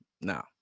No